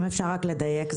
אם אפשר רק לדייק,